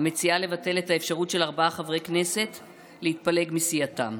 המציעה לבטל את האפשרות של ארבעה חברי כנסת להתפלג מסיעתם.